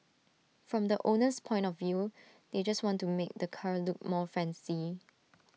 from the owner's point of view they just want to make the car look more fancy